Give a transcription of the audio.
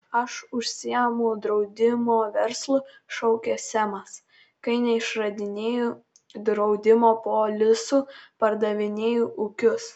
aš užsiimu draudimo verslu šaukė semas kai neišrašinėju draudimo polisų pardavinėju ūkius